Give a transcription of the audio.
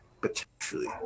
potentially